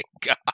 god